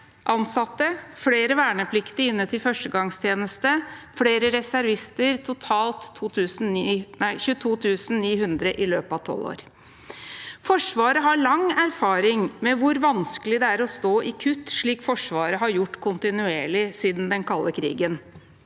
ansatte, flere vernepliktige inne til førstegangstjeneste og flere reservister, totalt 22 900 i løpet av tolv år. Forsvaret har lang erfaring med hvor vanskelig det er å stå i kutt, slik Forsvaret har gjort kontinuerlig siden den kalde krigen,